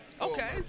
Okay